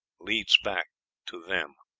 leads back to them.